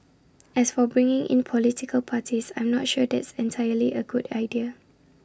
as for bringing in political parties I'm not sure that's entirely A good idea